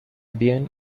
bien